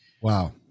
Wow